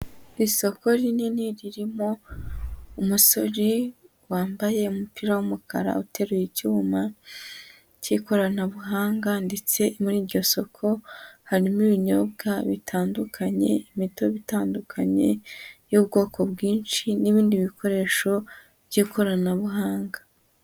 Isoko rinini ririmo umusore wambaye umupira w'umukara uteruye icyuma cy'ikoranabuhanga ndetse muri iryo soko harimo ibinyobwa bitandukanye, imitobe itandukanye y'ubwoko bwinshi n'ibindi bikoresho by'ikoranabuhanga.